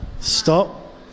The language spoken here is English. stop